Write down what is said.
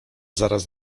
zaraz